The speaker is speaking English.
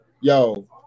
yo